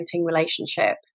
relationship